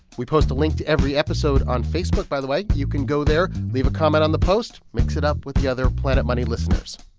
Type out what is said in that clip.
we post a link to every episode on facebook, by the way. you can go there, leave a comment on the post, mix it up with the other planet money listeners